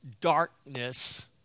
darkness